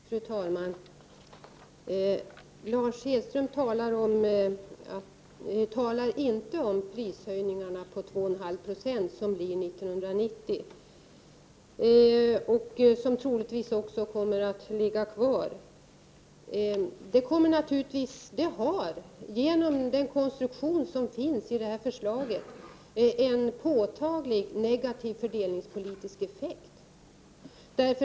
Fru talman! Lars Hedfors talar inte om de prishöjningar på 2,5 76 som blir 1990 och som troligtvis kommer att ligga kvar. Det har genom den konstruktion som finns i förslaget en påtaglig negativ fördelningspolitisk effekt.